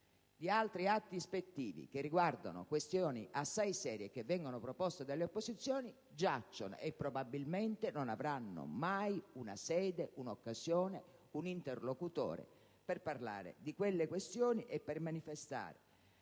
di altri atti ispettivi che riguardano questioni assai serie che vengono proposte dalle opposizioni giacciono e, probabilmente, non avranno mai una sede, un'occasione, un interlocutore per discuterne e per manifestare